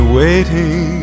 waiting